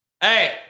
Hey